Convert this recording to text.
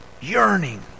yearning